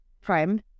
prime